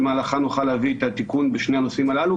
במהלכם נוכל להביא את התיקון בשני הנושאים הללו,